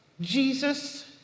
Jesus